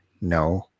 no